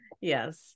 yes